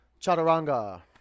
chaturanga